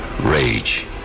rage